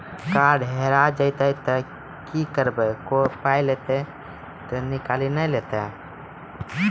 Card हेरा जइतै तऽ की करवै, कोय पाय तऽ निकालि नै लेतै?